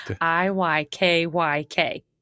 I-Y-K-Y-K